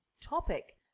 topic